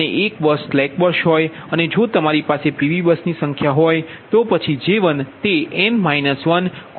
અને એક બસ એક સ્લેક બસ હોય અને જો તમારી પાસે PV બસની સંખ્યા છે તો પછી J1તે હશે